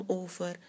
over